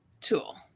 tool